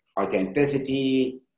Authenticity